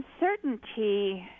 uncertainty